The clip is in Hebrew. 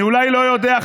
אני אולי לא יודע,